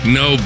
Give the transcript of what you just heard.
no